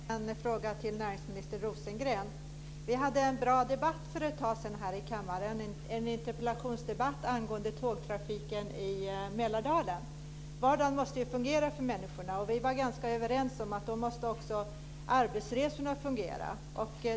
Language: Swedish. Fru talman! Jag skulle vilja ställa en fråga till näringsminister Rosengren. Vi hade en bra interpellationsdebatt här i kammaren för ett tag sedan angående tågtrafiken i Mälardalen. Vardagen måste ju fungera för människor, och vi var överens om att arbetsresorna då också måste fungera.